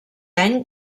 any